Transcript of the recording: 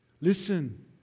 Listen